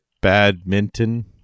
badminton